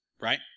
right